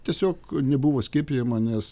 tiesiog nebuvo skiepijama nes